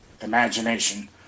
imagination